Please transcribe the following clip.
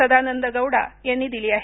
सदानंद गौडा यांनी दिली आहे